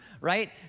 right